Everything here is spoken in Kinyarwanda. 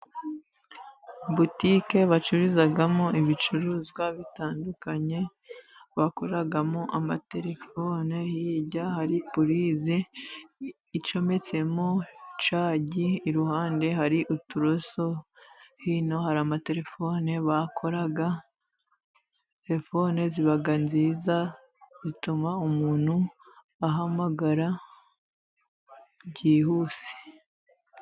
Butike bacururizamo ibicuruzwa bitandukanye, bakoramo amatelefone. Hirya hari pulize icometsemo cagi. Iruhande hari uturoso, hino hari amatelefone bakora telefone ziba nziza zituma umuntu ahamagara byihuse.